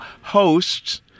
hosts